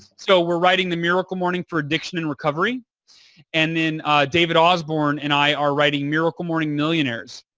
so, we're writing the miracle morning for addiction and recovery and then david osborn and i are writing miracle morning millionaires.